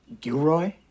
Gilroy